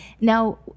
Now